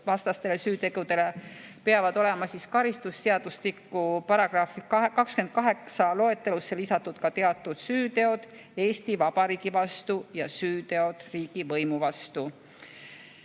vastaste süütegudega peavad olema karistusseadustiku § 28 loetelusse lisatud ka teatud süüteod Eesti Vabariigi vastu ja süüteod riigivõimu vastu,